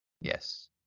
yes